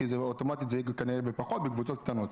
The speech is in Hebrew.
כי אוטומטית זה יהיה פחות בקבוצות קטנות.